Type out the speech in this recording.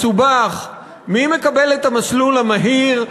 מי מקבל את המסלול המהיר,